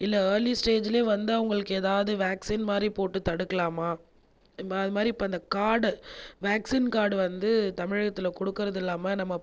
இல்லை இயர்லி ஸ்டேஜ்லேயே வந்து அவங்களுக்கு ஏதாவது வேக்ஷின் மாதிரி போட்டு தட்டுக்கலாமா இப்போது அந்த மாதிரி இப்போ கார்டு கார்டு வந்து தமிழகத்தில் கொடுக்கிறது இல்லாமல் நம்ம